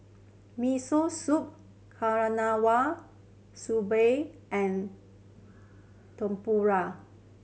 Miso Soup Okinawa and Tempura